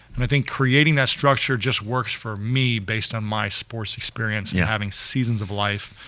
and i think creating that structure just works for me based on my sports experience and yeah having seasons of life,